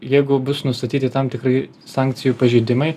jeigu bus nustatyti tam tikrai sankcijų pažeidimai